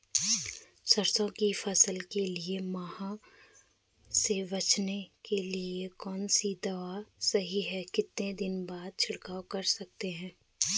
सरसों की फसल के लिए माह से बचने के लिए कौन सी दवा सही है कितने दिन बाद छिड़काव कर सकते हैं?